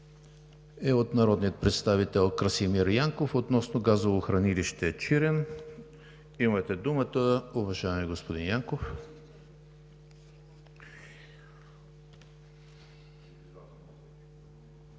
е от народния представител Красимир Янков относно газово хранилище „Чирен“. Имате думата, уважаеми господин Янков.